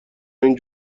این